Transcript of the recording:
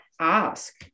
ask